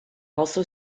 also